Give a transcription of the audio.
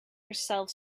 yourself